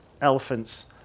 elephants